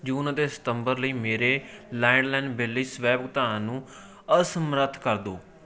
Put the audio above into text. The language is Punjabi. ਜੂਨ ਅਤੇ ਸਤੰਬਰ ਲਈ ਮੇਰੇ ਲੈਂਡਲਾਈਨ ਬਿੱਲ ਲਈ ਸਵੈ ਭੁਗਤਾਨ ਨੂੰ ਅਸਮਰੱਥ ਕਰ ਦਿਉ